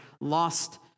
lost